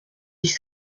dix